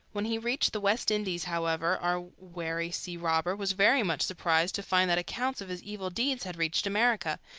when he reached the west indies, however, our wary sea-robber was very much surprised to find that accounts of his evil deeds had reached america,